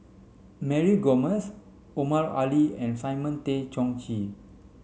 Mary Gomes Omar Ali and Simon Tay Seong Chee